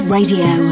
Radio